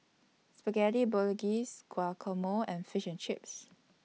Spaghetti Bolognese Guacamole and Fish and Chips